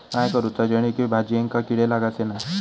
काय करूचा जेणेकी भाजायेंका किडे लागाचे नाय?